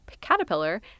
caterpillar